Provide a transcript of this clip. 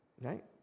right